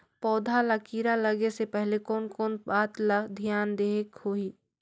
पौध ला कीरा लगे से पहले कोन कोन बात ला धियान देहेक होही?